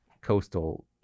coastal